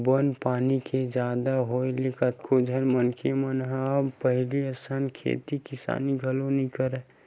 बन पानी के जादा होय ले कतको झन मनखे मन ह अब पहिली असन खेती किसानी घलो नइ करय